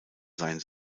sein